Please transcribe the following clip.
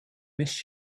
miss